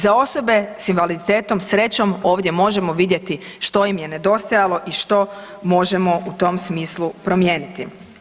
Za osobe s invaliditetom srećom ovdje možemo vidjeti što im je nedostajalo i što možemo u tom smislu promijeniti.